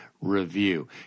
review